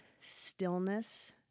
stillness